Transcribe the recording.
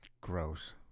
Gross